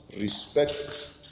respect